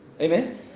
Amen